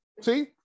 see